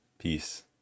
Peace